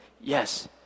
Yes